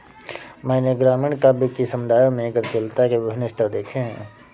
मैंने ग्रामीण काव्य कि समुदायों में गतिशीलता के विभिन्न स्तर देखे हैं